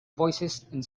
voicesand